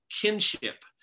kinship